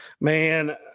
man